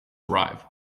arrive